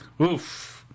Oof